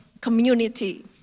community